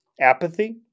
apathy